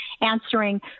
answering